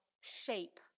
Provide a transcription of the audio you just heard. shape